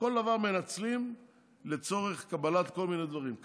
כל דבר מנצלים לצורך קבלת כל מיני דברים.